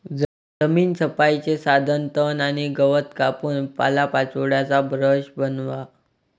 जमीन छपाईचे साधन तण आणि गवत कापून पालापाचोळ्याचा ब्रश बनवा